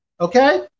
okay